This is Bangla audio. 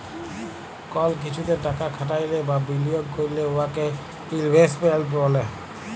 কল কিছুতে টাকা খাটাইলে বা বিলিয়গ ক্যইরলে উয়াকে ইলভেস্টমেল্ট ব্যলে